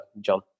John